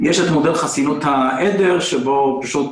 יש את מודל חסינות העדר, שבו פשוט